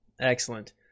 Excellent